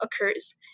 occurs